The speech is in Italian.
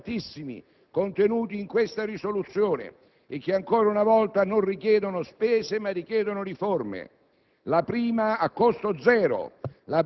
E chiediamo esplicitamente in questa risoluzione all'Esecutivo di fare esso medesimo il primo passo, riducendo la sua composizione